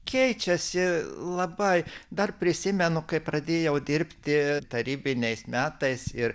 keičiasi labai dar prisimenu kaip pradėjau dirbti tarybiniais metais ir